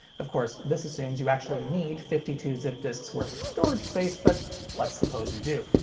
of course, this assumes you actually need fifty two zip disks worth of storage space, but let's suppose you do.